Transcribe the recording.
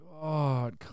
god